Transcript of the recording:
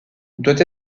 doit